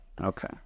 Okay